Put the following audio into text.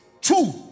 two